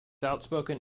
outspoken